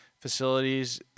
facilities